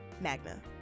Magna